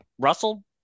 Russell